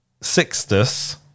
Sixtus